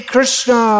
Krishna